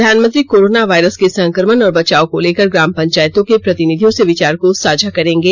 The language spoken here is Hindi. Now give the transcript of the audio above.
प्रधानमंत्री कोरोना वायरस के संक्रमण और बचाव को लेकर ग्राम पंचायतों के प्रतिनिधिर्यो से विचार को साझा करेंगे